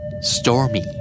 Stormy